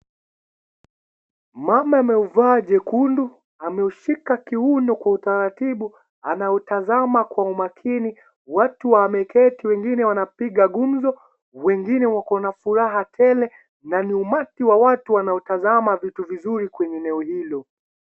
Mama ameuvaa jekundu, ameushika kiuno kwa utaratibu, anautazama kwa umakini, watu wameketi wengine wanapiga gumzo, wengine wako na furaha tele na ni umati wa watu wanaotazama vitu vizuri kwenye eneo hilo.